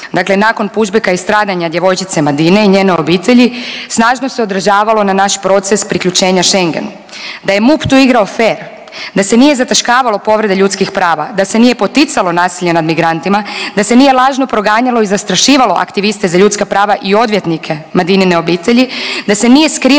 dakle nakon push-backa i stradanja djevojčice Madine i njene obitelji, snažno se odražavalo na naš proces priključenja Schengenu. Da je MUP tu igrao fer, da se nije zataškavalo povreda ljudskih prava, da se nije poticalo nasilje nad migrantima, da se nije lažno proganjalo i zastrašivalo aktiviste za ljudska prava i odvjetnike Madinine obitelji, da se nije skrivalo